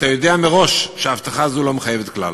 אתה יודע מראש שההבטחה הזו לא מחייבת כלל,